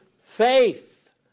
faith